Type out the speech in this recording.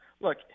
Look